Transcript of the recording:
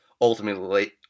ultimately